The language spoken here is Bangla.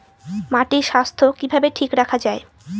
মাটির স্বাস্থ্য কিভাবে ঠিক রাখা যায়?